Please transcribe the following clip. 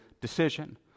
decision